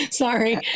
Sorry